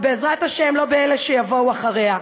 ובעזרת השם לא באלה שיבואו אחריה,